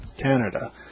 Canada